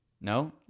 no